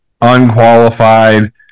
unqualified